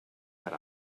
per